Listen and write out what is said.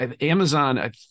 Amazon